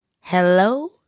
Hello